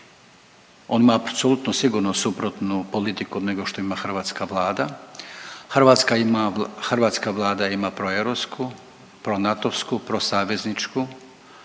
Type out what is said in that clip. on ima apsolutno suprotnu politiku nego što ima hrvatska Vlada. Hrvatska ima, hrvatska Vlada ima proeuropsku, pronatovsku, prosavezničku